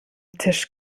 tisch